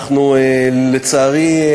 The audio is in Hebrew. לצערי,